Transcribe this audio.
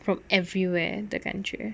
from everywhere 的感觉